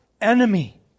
enemy